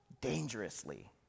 dangerously